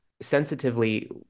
sensitively